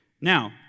Now